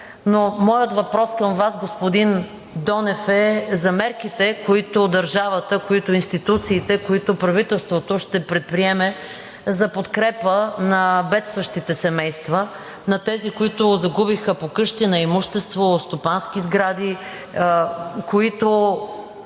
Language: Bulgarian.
моят въпрос към Вас, господин Донев, е за мерките, които държавата, които институциите, които правителството ще предприеме за подкрепа на бедстващите семейства – на тези, които загубиха покъщнина, имущество, стопански сгради; за